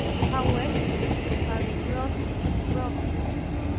how excellent are the crosses of providence!